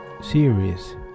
series